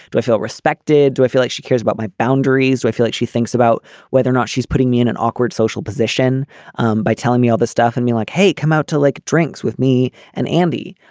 do i feel respected. do i feel like she cares about my boundaries. i feel like she thinks about whether or not she's putting me in an awkward social position um by telling me all this stuff and be like hey come out to like drinks with me and andy.